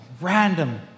random